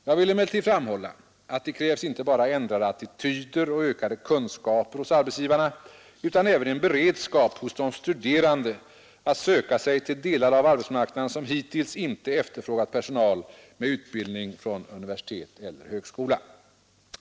Jag vill emellertid framhålla, att det krävs inte bara ändrade attityder och ökade kunskaper hos arbetsgivarna utan även en beredskap hos de studerande att söka sig till delar av arbetsmarknaden, som hittills inte efterfrågat personal med utbildning från universitet eller högskola.